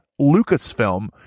Lucasfilm